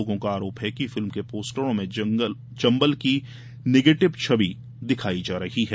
लोगों का आरोप है कि फिल्म के पोस्टरों में चंबल की नेगेटिव छबी दिखाई जा रही है